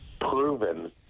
proven